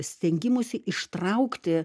stengimuisi ištraukti